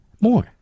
More